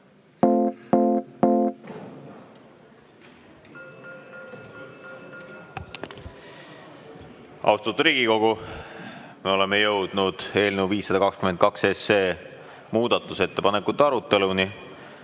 Austatud Riigikogu, me oleme jõudnud eelnõu 522 muudatusettepanekute aruteluni.